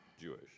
Jewish